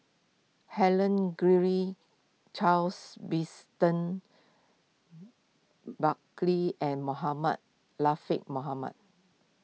Helen Charles Buckley and Mohamed Latiff Mohamed